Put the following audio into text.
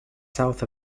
south